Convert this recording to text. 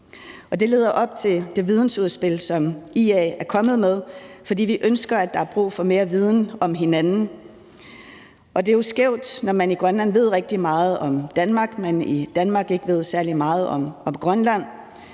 Det leder op til det videnudspil, som IA er kommet med, fordi vi ønsker, at der er brug for mere viden om hinanden. Det er jo skævt, når man i Grønland ved rigtig meget om Danmark, men at man i Danmark ikke ved særlig meget om Grønland.